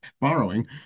borrowing